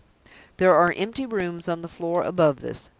there are empty rooms on the floor above this.